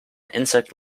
insect